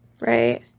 Right